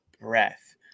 breath